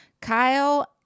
Kyle